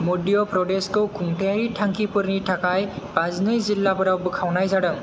मध्य प्रदेशखौ खुंथायारि थांखिफोरनि थाखाय बाजिनै जिल्लाफोराव बोखावनाय जादों